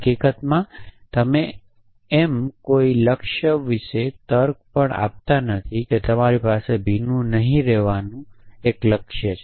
હકીકતમાં તમે એમ કોઈ લક્ષ્ય વિશે તર્ક પણ આપતા નથી કે તમારી પાસે ભીનું નહીં રહેવાનું લક્ષ્ય છે